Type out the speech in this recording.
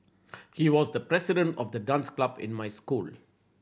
he was the president of the dance club in my school